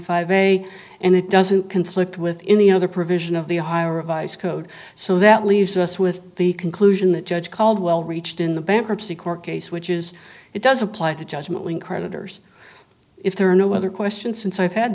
five a and it doesn't conflict with any other provision of the hire advice code so that leaves us with the conclusion that judge caldwell reached in the bankruptcy court case which is it does apply the judgment when creditors if there are no other questions since i've had